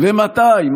ומתי?